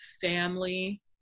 family